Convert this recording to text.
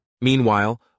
Meanwhile